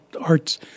Arts